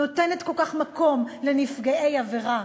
נותנת כל כך מקום לנפגעי עבירה,